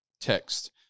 text